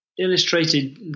illustrated